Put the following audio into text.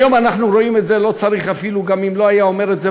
היום אנחנו רואים את זה, וגם אם לא היה אומר את זה